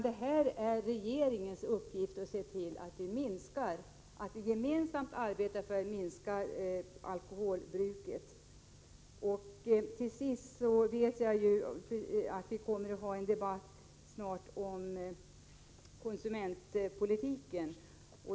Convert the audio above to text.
Det är regeringens uppgift att se till att vi kan få ned alkoholbruket. Till sist vill jag säga att vi snart kommer att få en debatt om konsumentpolitiken.